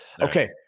Okay